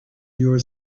your